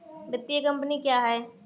वित्तीय कम्पनी क्या है?